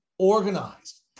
organized